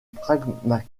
pragmatisme